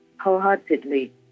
wholeheartedly